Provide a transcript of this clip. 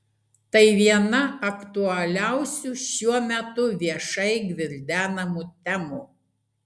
tai viena aktualiausių šiuo metu viešai gvildenamų temų